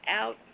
out